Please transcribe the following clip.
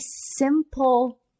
simple